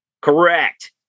Correct